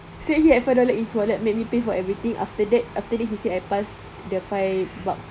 so he had five dollars in his wallet let me pay for everything after that after this I pass the five bucks as